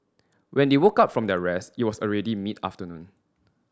when they woke up from their rest it was already mid afternoon